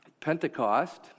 Pentecost